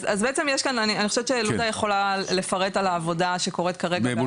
אז בעצם לודה יכולה לפרט על העבודה שקורית כרגע בהעברות מידע.